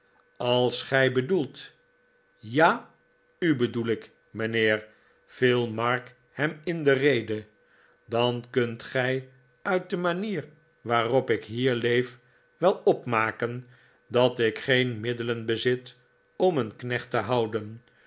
als gij bedoelt ja u bedoel ik f mijnheer viel mark hem in de rede dan kunt gij uit de manier waarop ik hier leef wel opmaken dat ik geen middelen bezit om een knecht te houden